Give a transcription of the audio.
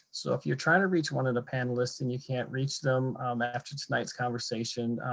so if you're trying to reach one of the panelists and you can't reach them after tonight's conversation,